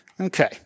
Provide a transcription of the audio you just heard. Okay